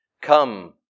Come